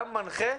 גם מנחה,